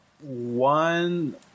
one